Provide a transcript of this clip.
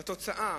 והתוצאה